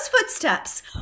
footsteps